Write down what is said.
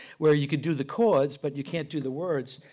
where you could do the chords, but you can't do the words.